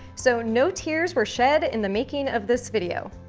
so, no tears were shed in the making of this video.